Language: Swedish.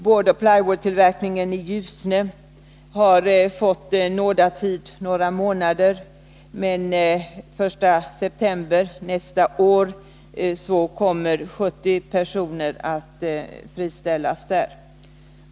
Boardoch plywoodtillverkningen i Ljusne har fått en nådatid på några månader, mer den 1 september nästa år kommer 70 personer att friställas där.